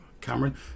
Cameron